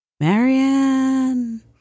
Marianne